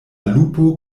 lupo